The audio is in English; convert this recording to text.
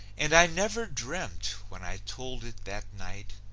and i never dreamt, when i told it that night,